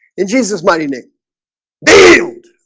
in jesus mighty name bailed